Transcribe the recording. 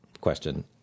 question